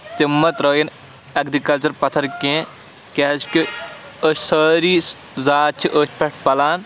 تِم مہ ترٛٲیِنۍ ایٚگرِکَلچَر پَتھر کینٛہہ کیٛازِکہِ أسۍ سٲری ذات چھِ أتھۍ پٮ۪ٹھ پَلان